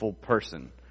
person